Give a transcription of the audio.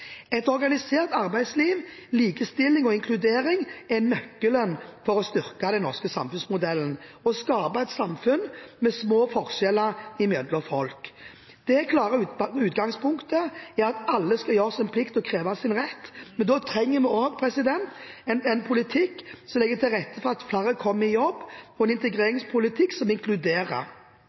Et organisert arbeidsliv, likestilling og inkludering er nøkkelen for å styrke den norske samfunnsmodellen og skape et samfunn med små forskjeller mellom folk. Det klare utgangspunktet er at alle skal gjøre sin plikt og kreve sin rett, men da trenger vi også en politikk som legger til rette for at flere kommer i jobb, og en integreringspolitikk som inkluderer.